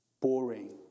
boring